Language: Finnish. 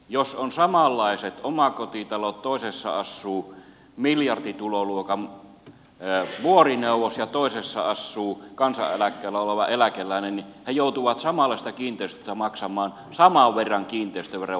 jos on samanlaiset omakotitalot toisessa asuu miljardituloluokan vuorineuvos ja toisessa asuu kansaneläkkeellä oleva eläkeläinen niin he joutuvat samanlaisesta kiinteistöstä maksamaan saman verran kiinteistöveroa